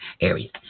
areas